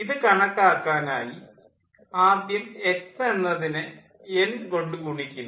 ഇത് കണക്കാക്കാനായി ആദ്യം എക്സ് എന്നതിനെ എൻ കൊണ്ട് ഗുണിക്കുന്നു